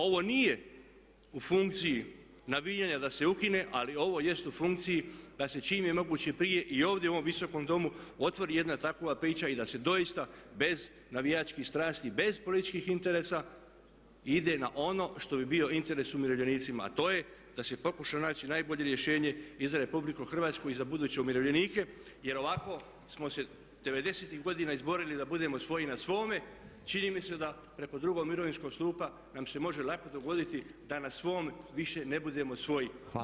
Ovo nije u funkciji navijanja da se ukine ali ovo jest u funkciji da se čim je moguće prije i ovdje u ovom Visokom domu otvori jedna takva priča i da se doista bez navijačkih strasti, bez političkih interesa ide na ono što bi bio interes umirovljenicima, a to je da se pokuša naći najbolje rješenje i za Republiku Hrvatsku i za buduće umirovljenike jer ovako smo se '90-ih godina izborili da budemo svoji na svome, čini mi se da preko drugog mirovinskog stupa nam se može lako dogoditi da na svom više ne budemo svoji.